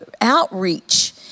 outreach